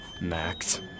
Max